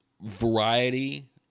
variety